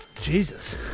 Jesus